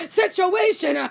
situation